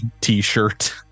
t-shirt